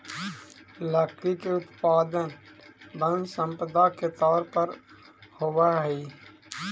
लकड़ी के उत्पादन वन सम्पदा के तौर पर होवऽ हई